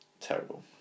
terrible